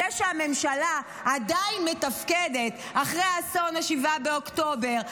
זה שהממשלה עדיין מתפקדת אחרי אסון 7 באוקטובר,